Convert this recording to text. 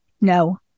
No